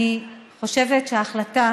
אני חושבת שההחלטה